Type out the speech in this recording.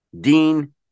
Dean